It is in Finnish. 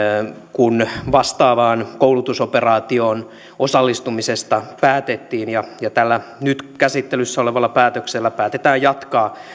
kun vastaavaan koulutusoperaatioon osallistumisesta päätettiin tällä nyt käsittelyssä olevalla päätöksellä päätetään jatkaa